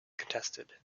contested